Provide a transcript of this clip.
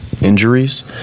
injuries